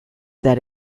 that